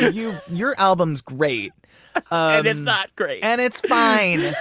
you your album's great and it's not great and it's fine